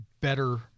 better